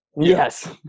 Yes